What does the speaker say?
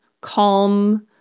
calm